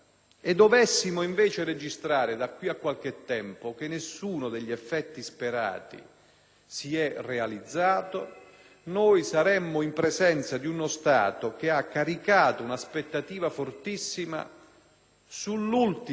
si è realizzato, saremmo in presenza di uno Stato che ha caricato un'aspettativa fortissima sull'ultima delle sue spiagge possibili, vale a dire la legislazione speciale